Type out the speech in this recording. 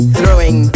Throwing